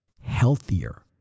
healthier